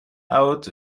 out